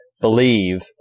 believe